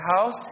house